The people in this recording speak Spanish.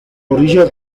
orillas